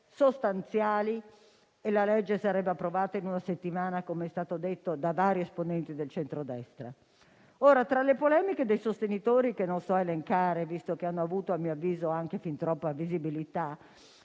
sostanziali, e la legge sarebbe approvata in una settimana, come è stato detto da vari esponente del centrodestra. Ora, tra le polemiche dei sostenitori, che non so elencare, visto che hanno avuto a mio avviso anche fin troppa visibilità,